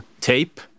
tape